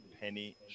Penny